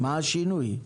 מה השינוי?